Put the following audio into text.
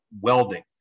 welding